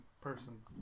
Person